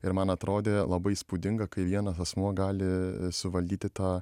ir man atrodė labai įspūdinga kai vienas asmuo gali suvaldyti tą